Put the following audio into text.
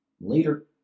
Later